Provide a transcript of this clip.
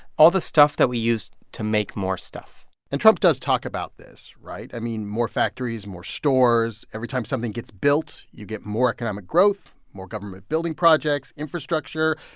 all the stuff that we use to make more stuff and trump does talk about this right? i mean, more factories, more stores. every time something gets built, you get more economic growth, more government building projects, infrastructure,